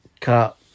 cut